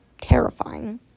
terrifying